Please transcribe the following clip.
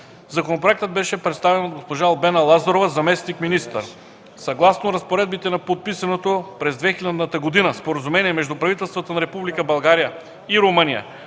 Законопроектът беше представен от госпожа Албена Лазарова – заместник-министър. Съгласно разпоредбите на подписаното през 2000 г. Споразумение между правителствата на Република България и Румъния